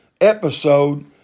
episode